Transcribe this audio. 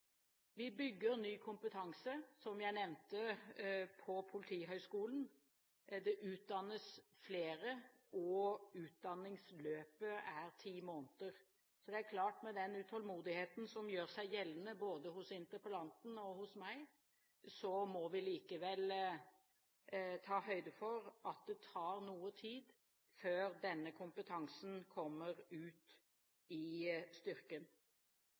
Vi bygger, som jeg nevnte, ny kompetanse på Politihøgskolen, det utdannes flere, og utdanningsløpet er ti måneder. Så det er klart, med den utålmodigheten som gjør seg gjeldende både hos interpellanten og hos meg, må vi likevel ta høyde for at det tar noe tid før denne kompetansen kommer ut i styrken.